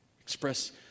express